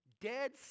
dead